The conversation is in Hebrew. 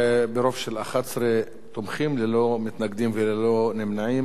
איסור שידול קטין לצפייה בפרסום תועבה),